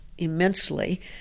immensely